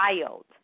child